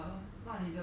you leh